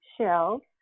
Shelves